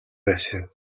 байсан